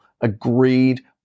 agreed